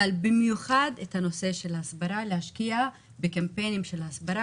יש להשקיע בקמפיינים של הסברה.